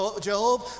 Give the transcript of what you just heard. Job